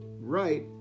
right